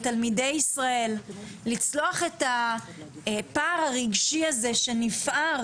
לתלמידי ישראל לצלוח את הפער הרגשי הזה שנפער